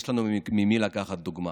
יש לנו ממי לקחת דוגמה.